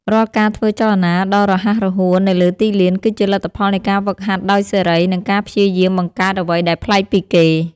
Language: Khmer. រាល់ការធ្វើចលនាដ៏រហ័សរហួននៅលើទីលាន គឺជាលទ្ធផលនៃការហ្វឹកហាត់ដោយសេរី និងការព្យាយាមបង្កើតអ្វីដែលប្លែកពីគេ។